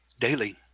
daily